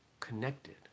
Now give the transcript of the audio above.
Connected